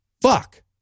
Fuck